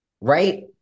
right